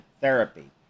therapy